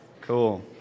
cool